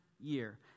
year